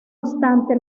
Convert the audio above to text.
obstante